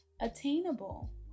attainable